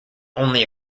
only